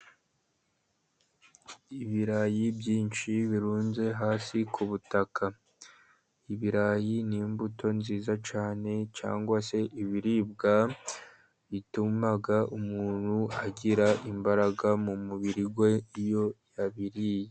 Ibirayi byinshi birunze hasi ku butaka, ibirayi ni imbuto nziza cyane cyangwa se ibiribwa bituma umuntu agira imbaraga mu mubiri we iyo yabiriye.